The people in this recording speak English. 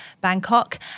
Bangkok